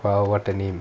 !wow! what a name